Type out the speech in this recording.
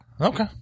Okay